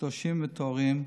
קדושים וטהורים,